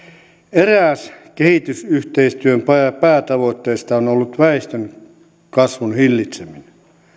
eräs kehitysyhteistyön päätavoitteista on ollut väestönkasvun hillitseminen